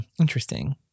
Interesting